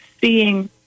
seeing